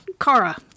Kara